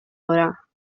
ora